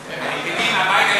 מה?